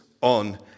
on